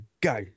go